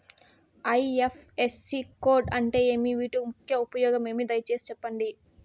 IFSC code అంటే ఏమి? వీటి ముఖ్య ఉపయోగం ఏమి? దయసేసి సెప్పండి?